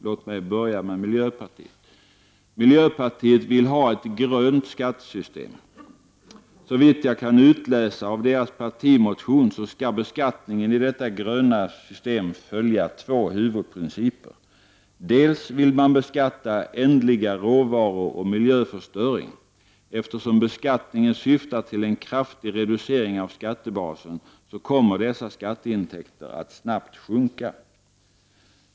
Låt mig börja med miljöpartiet. Miljöpartiet vill ha ett grönt skattesystem. Såvitt jag kan utläsa av dess partimotion skall beskattningen i detta gröna system följa två huvudprinciper. Man vill beskatta ändliga råvaror och miljöförstöring. Eftersom beskattningen syftar till en kraftig reducering av skattebasen kommer dessa skatteintäkter att snabbt sjunka.